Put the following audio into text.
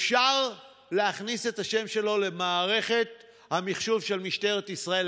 אפשר להכניס את השם שלו למערכת המחשוב של משטרת ישראל,